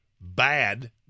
bad